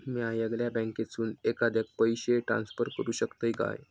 म्या येगल्या बँकेसून एखाद्याक पयशे ट्रान्सफर करू शकतय काय?